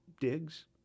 digs